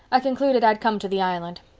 i concluded i'd come to the island.